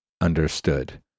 understood